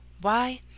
Why